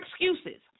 excuses